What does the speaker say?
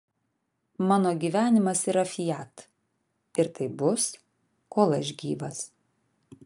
mano gyvenimas yra fiat ir taip bus kol aš gyvas